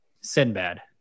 Sinbad